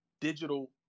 digital